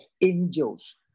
angels